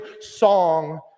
song